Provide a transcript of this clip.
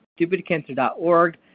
stupidcancer.org